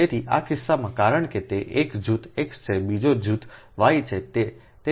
તેથી આ કિસ્સામાં કારણ કે તે એક જૂથ X છે બીજું જૂથ Y છે